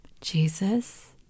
Jesus